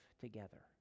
together